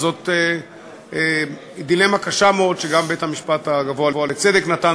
זאת דילמה קשה מאוד שגם בית-המשפט הגבוה לצדק נתן